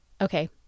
Okay